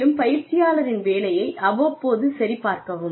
மேலும் பயிற்சியாளரின் வேலையை அவ்வப்போது சரிபார்க்கவும்